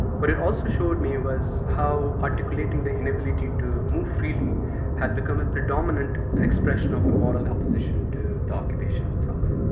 what it also showed me was how articulating the inability to move freely had become a predominant expression of a moral opposition to the occupation itself.